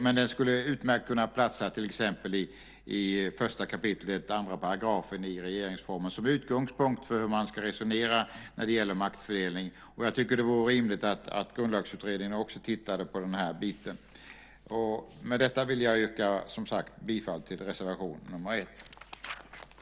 Men den skulle utmärkt kunna platsa till exempel i 1 kap. 2 § i regeringsformen som utgångspunkt för hur man ska resonera när det gäller maktfördelning. Jag tycker att det vore rimligt att Grundlagsutredningen tittade också på det. Med detta yrkar jag som sagt bifall till reservation 1.